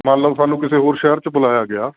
ਮੰਨ ਲਓ ਸਾਨੂੰ ਕਿਸੇ ਹੋਰ ਸ਼ਹਿਰ 'ਚ ਬੁਲਾਇਆ ਗਿਆ